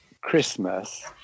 Christmas